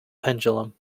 pendulum